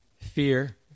Fear